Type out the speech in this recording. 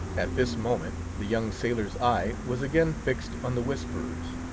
at this moment the young sailor's eye was again fixed on the whisperers,